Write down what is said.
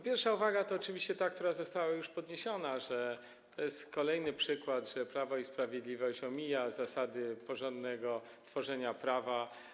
Pierwsza uwaga to ta oczywiście, która została już przedstawiona, że to jest kolejny przykład pokazujący, że Prawo i Sprawiedliwość omija zasady porządnego tworzenia prawa.